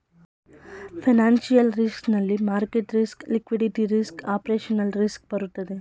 financial risk ನಲ್ಲಿ market risk, liquidity risk, operational risk ಬರುತ್ತದೆ